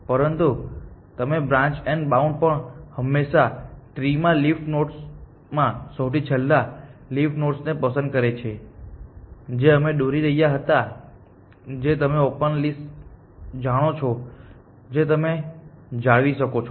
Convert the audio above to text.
પરંતુ તમે તે બ્રાન્ચ એન્ડ બાઉન્ડ પણ હંમેશાં ટ્રી માં લિફ નોડ્સમાં સૌથી છેલ્લા લિફ નોડ્સ ને પસંદ કરે છે જે અમે દોરી રહ્યા હતા જે તમે ઓપન લિસ્ટ જાણો છો જે તમે જાળવી શકો છો